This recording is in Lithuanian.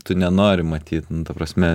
tu nenori matyt nu ta prasme